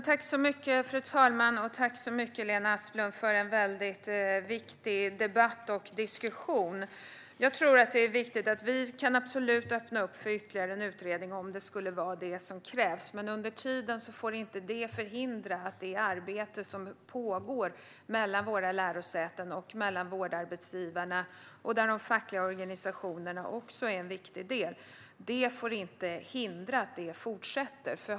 Fru talman! Tack, Lena Asplund, för en väldigt viktig debatt! Vi kan absolut öppna för ytterligare en utredning om det skulle vara detta som krävs. Under tiden får det dock inte förhindra att det arbete som pågår mellan våra lärosäten och mellan vårdarbetsgivarna, där de fackliga organisationerna också är en viktig del, fortsätter.